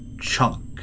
chunk